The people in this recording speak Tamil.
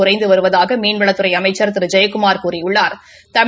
குறைந்து வருவதாக மீன்வளத்துறை அமைச்சா் திரு ஜெயக்குமாா் கூறியுள்ளாா்